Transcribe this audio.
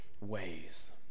ways